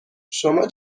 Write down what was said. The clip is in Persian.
شما